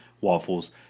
waffles